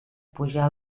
pujar